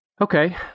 Okay